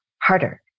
harder